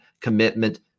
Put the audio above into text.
commitment